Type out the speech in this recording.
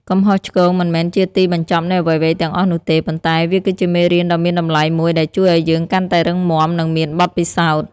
កំហុសឆ្គងមិនមែនជាទីបញ្ចប់នៃអ្វីៗទាំងអស់នោះទេ ប៉ុន្តែវាគឺជាមេរៀនដ៏មានតម្លៃមួយដែលជួយឱ្យយើងកាន់តែរឹងមាំ និងមានបទពិសោធន៍។